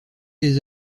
des